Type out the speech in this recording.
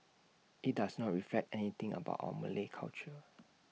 IT does not reflect anything about our Malay culture